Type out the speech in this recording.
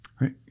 Right